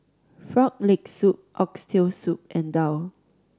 Frog Leg Soup Oxtail Soup and daal